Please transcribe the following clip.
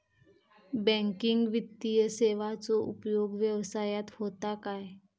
Banking वित्तीय सेवाचो उपयोग व्यवसायात होता काय?